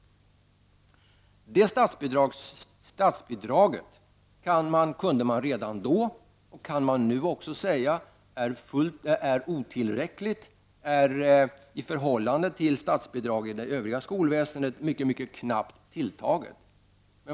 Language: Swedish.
Det statsbidraget var redan då otillräckligt, och i förhållande till statsbidragen till det övriga skolväsendet är det mycket mycket knappt tilltaget.